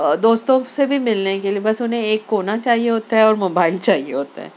دوستوں سے بھی ملنے کے لیے بس انہیں ایک کونا چاہیے ہوتا ہے اور موبائل چاہیے ہوتا ہے